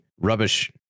rubbish